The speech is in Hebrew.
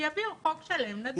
שיביאו חוק שלם, נדון בו.